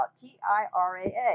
T-I-R-A-A